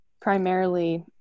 primarily